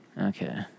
Okay